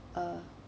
uh